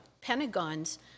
Pentagon's